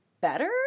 better